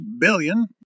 billion